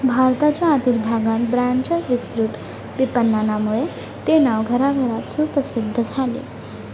भारताच्या आतील भागात ब्रँडच्या विस्तृत विपणनामुळे ते नाव घराघरात सुप्रसिद्ध झाले